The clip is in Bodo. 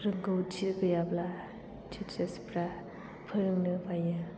रोंगौथि गैयाब्ला टिचार्स फोरा फोरोंनो बायो